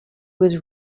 was